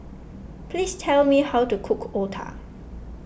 please tell me how to cook Otah